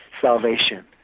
salvation